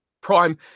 prime